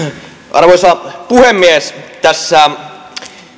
arvoisa puhemies tässä